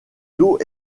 dos